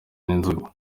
n’inzoga